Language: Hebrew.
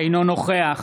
אינו נוכח